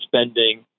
spending